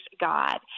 God